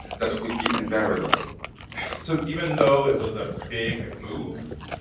that would be unbearable so even though it was a big move,